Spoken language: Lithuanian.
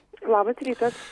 labas rytas